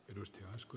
arvoisa puhemies